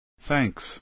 Thanks